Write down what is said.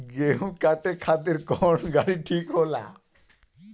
गेहूं काटे खातिर कौन गाड़ी ठीक होला?